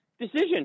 decision